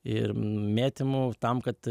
ir mėtymu tam kad